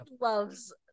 loves